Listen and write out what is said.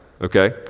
okay